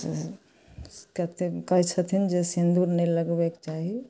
कते कहै छथिन जे सिन्दूर नहि लगबैके चाही